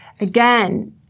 again